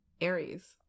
aries